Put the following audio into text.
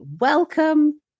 Welcome